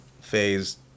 phase